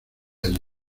allí